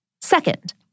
Second